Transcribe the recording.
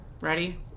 Ready